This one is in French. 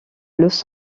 los